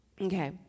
Okay